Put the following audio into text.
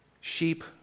Sheep